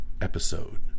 Episode